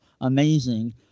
amazing